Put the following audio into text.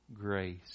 Grace